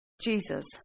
Jesus